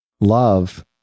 Love